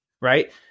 Right